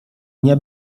nie